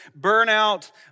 burnout